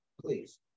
please